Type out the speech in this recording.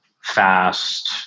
fast